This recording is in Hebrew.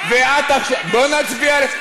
בוא נגיע לזה,